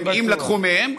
אם לקחו מהם,